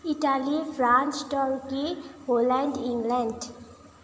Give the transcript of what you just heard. Italy France Turkey Poland England